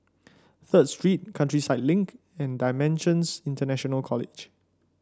Third Street Countryside Link and Dimensions International College